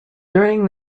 during